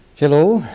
hello,